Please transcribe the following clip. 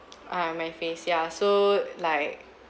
err my face ya so like